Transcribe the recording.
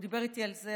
הוא דיבר איתי על זה,